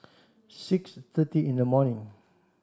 six thirty in the morning